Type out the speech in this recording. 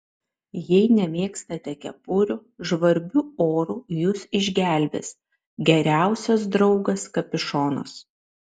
jei nemėgstate kepurių žvarbiu oru jus išgelbės geriausias draugas kapišonas